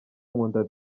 nkunda